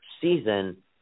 season